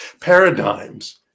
paradigms